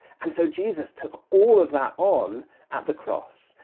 and so jesus took all of that on at the cross.